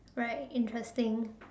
right interesting